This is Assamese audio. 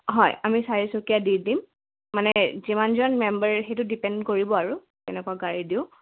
হয় আমি চাৰিচুকীয়া দি দিম মানে যিমানজন মেম্বাৰ সেইটো ডিপেণ্ড কৰিব আৰু তেনেকুৱা গাড়ী দিওঁ